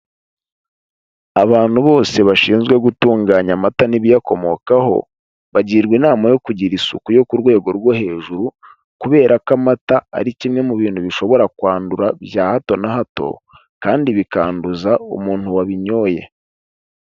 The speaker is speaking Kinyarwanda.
Abantu bose bashinzwe gutunganya amata n'ibiyakomokaho bagirwa inama yo kugira isuku yo ku rwego rwo hejuru, kubera ko amata ari kimwe mu bintu bishobora kwandura bya hato na hato kandi bikanduza umuntu wabinyoye.